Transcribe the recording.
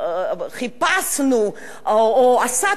או עסקנו במינוי ועדת השופטים,